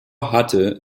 hatte